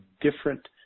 different